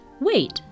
Wait